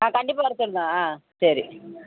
ஆ கண்டிப்பாக வர சொல்கிறேன் ஆ சரி